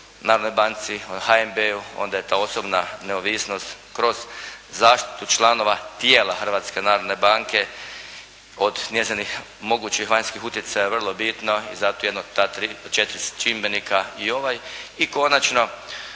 Narodnoj banci, o HNB-u onda je to osobna neovisnost kroz zaštitu članova tijela Hrvatske narodne banke, od njezinih mogućih vanjskih utjecaja vrlo bitno i zato jedan od ta tri, četiri čimbenika i ovaj. I konačno